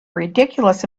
ridiculous